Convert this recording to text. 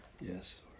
Yes